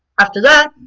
after that,